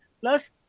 Plus